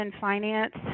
finance